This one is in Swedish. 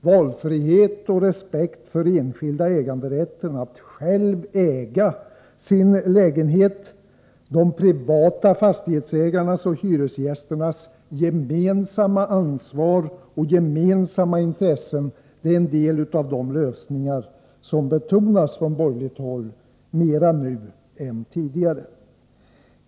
Valfrihet, respekt för den enskilda äganderätten — att man själv äger sin lägenhet — och de privata fastighetsägarnas och hyresgästernas gemensamma ansvar och gemensamma intressen är en del av de lösningar som från borgerligt håll nu betonas mer än tidigare.